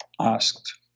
asked